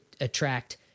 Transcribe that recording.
attract